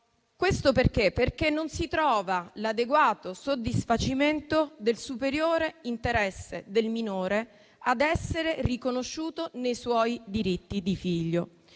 questo perché non si trova l'adeguato soddisfacimento del superiore interesse del minore ad essere riconosciuto nei suoi diritti di figlio.